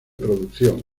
producción